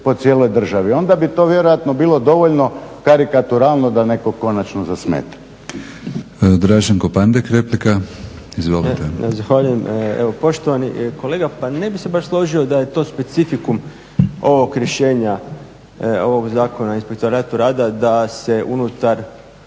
po cijeloj državi. Onda bi to vjerojatno bilo dovoljno karikaturalno da nekom konačno zasmeta. **Batinić, Milorad (HNS)** Draženko Pandek, replika. Izvolite. **Pandek, Draženko (SDP)** Zahvaljujem. Poštovani kolega, pa ne bih se baš složio da je to specifikum ovog rješenja, ovog Zakona o Inspektoratu rada da se unutar